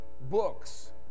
books